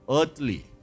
earthly